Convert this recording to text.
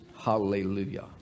Hallelujah